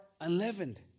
unleavened